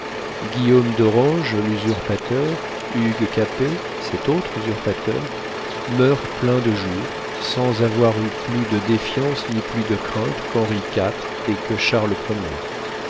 guillaume d'orange l'usurpateur hugues capet cet autre usurpateur meurent pleins de jours sans avoir eu plus de défiances ni plus de craintes qu'henri iv et que charles ier